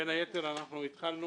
בין היתר התחלנו,